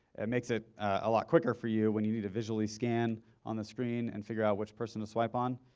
it makes it a lot quicker for you when you need to visually scan on the screen and figure out which person to swipe on.